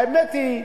האמת היא,